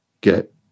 get